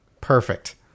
Perfect